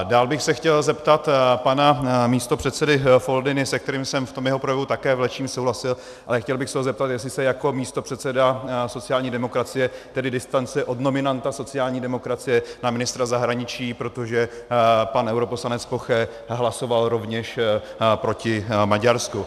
Dál bych se chtěl zeptat pana místopředsedy Foldyny, se kterým jsem v tom jeho projevu také v lecčem souhlasil, ale chtěl bych se ho zeptat, jestli se jako místopředseda sociální demokracie tedy distancuje od nominanta sociální demokracie na ministra zahraničí, protože pan europoslanec Poche hlasoval rovněž proti Maďarsku.